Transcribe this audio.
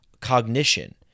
cognition